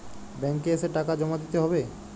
Bank এ এসে টাকা জমা দিতে হবে?